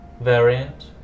variant